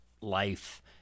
life